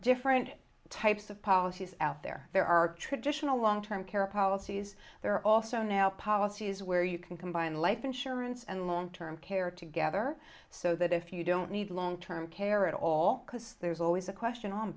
different types of policies out there there are traditional long term care policies there are also now policies where you can combine life insurance and long term care together so that if you don't need long term care at all costs there's always a question on